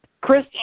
Chris